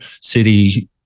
city